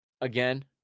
Again